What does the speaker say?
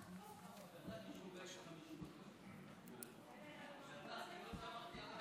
תישאר, זה קצר, חבר הכנסת פינדרוס.